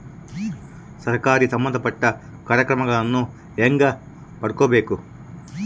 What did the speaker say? ಸರಕಾರಿ ಸಂಬಂಧಪಟ್ಟ ಕಾರ್ಯಕ್ರಮಗಳನ್ನು ಹೆಂಗ ಪಡ್ಕೊಬೇಕು?